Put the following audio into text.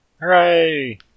Hooray